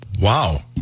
Wow